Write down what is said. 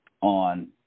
on